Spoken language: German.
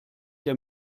der